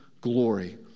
glory